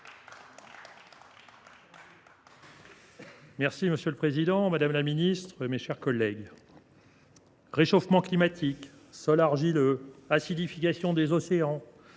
Cozic. Monsieur le président, madame la ministre, mes chers collègues, réchauffement climatique, sols argileux, acidification des océans,